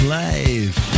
life